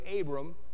Abram